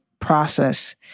process